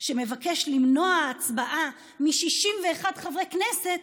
שמבקש למנוע הצבעה מ-61 חברי כנסת,